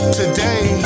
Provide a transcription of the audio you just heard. today